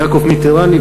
יעקב מיטרני,